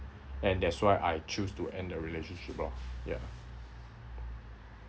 and that's why I choose to end the relationship loh ya